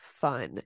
fun